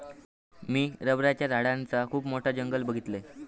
मी रबराच्या झाडांचा खुप मोठा जंगल बघीतलय